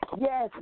yes